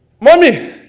Mommy